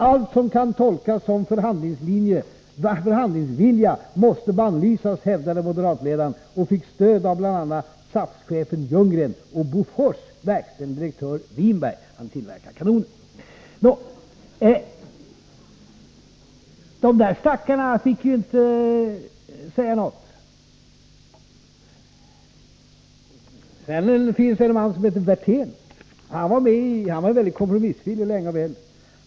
Allt som kan tolkas som förhandlingsvilja måste bannlysas, hävdade moderatledaren, och fick stöd av bl.a. SAF-chefen Ljunggren och Bofors verkställande direktör Winberg — han tillverkar kanoner. Nå, de där stackarna fick ju inte säga något. Sedan finns det en fin och snäll man som heter Hans Werthén. Han var länge och väl mycket kompromissvillig.